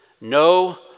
No